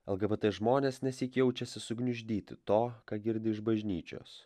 lgbt žmonės nesyk jaučiasi sugniuždyti to ką girdi iš bažnyčios